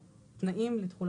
באישור ועדת הכלכלה של הכנסת,